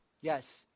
Yes